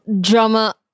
drama-